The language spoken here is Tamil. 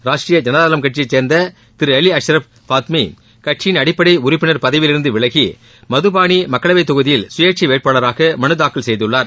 ராஷ்ட்ரீய ஜனதாதளம் கட்சியைச்சேர்ந்தஅவி அஷ்ரப் ஆத்மி கட்சியின் அடிப்படைஉறுப்பினர் பதவியிலிருந்துவிலகி மதுபாளிமக்களவைத் தொகுதியில் சுயேட்சைவேட்பாளராகமனுதாக்கல் செய்துள்ளார்